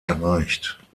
erreicht